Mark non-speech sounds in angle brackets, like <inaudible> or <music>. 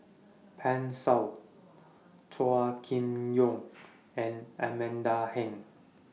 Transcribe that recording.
<noise> Pan Shou Chua Kim Yeow <noise> and Amanda Heng